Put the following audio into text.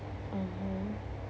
mmhmm